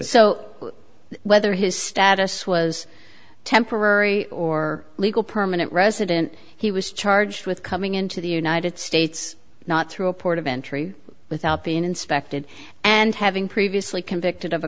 so whether his status was temporary or legal permanent resident he was charged with coming into the united states not through a port of entry without being inspected and having previously victim of a